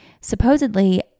Supposedly